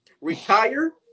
Retire